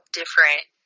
different